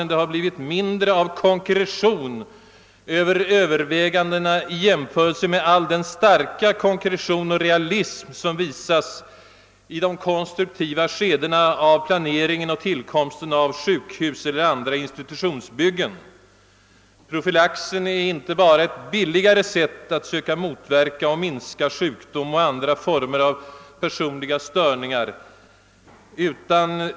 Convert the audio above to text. Det har blivit mindre av konkretion i övervägandena i jämförelse med all den starka realism, som ofta visas i de konstruktiva skedena av planeringen och tillkomsten av sjukhuseller andra institutionsbyggen. Profylaxen är ju för övrigt inte bara ett billigare sätt att söka motverka och minska sjukdom och andra former av personliga störningar.